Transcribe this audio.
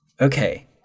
Okay